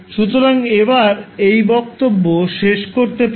সুতরাং এবার এই বক্তব্য শেষ করতে পারি